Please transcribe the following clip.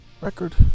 record